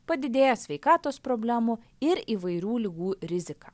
padidėja sveikatos problemų ir įvairių ligų rizika